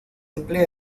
emplea